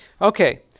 Okay